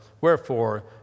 wherefore